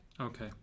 Okay